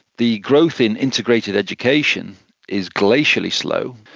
the growth in integrated education is glacially slow.